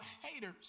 haters